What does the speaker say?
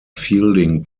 fielding